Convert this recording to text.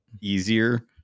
easier